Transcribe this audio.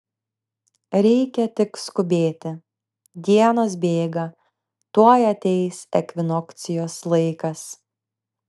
reikia tik skubėti dienos bėga tuoj ateis ekvinokcijos laikas